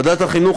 ועדת החינוך,